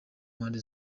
mpande